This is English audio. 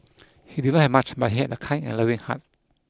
he did not have much but he had a kind and loving heart